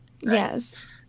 yes